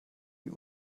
sie